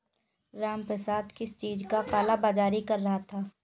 रामप्रसाद किस चीज का काला बाज़ारी कर रहा था